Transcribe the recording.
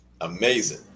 Amazing